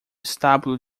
estábulo